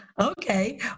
Okay